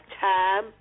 time